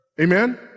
Amen